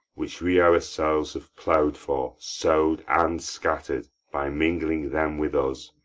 which we ourselves have plough'd for, sow'd, and scatter'd, by mingling them with us,